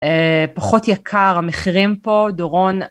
פחות יקר המחירים פה, דורון